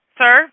sir